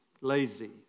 lazy